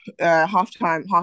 half-time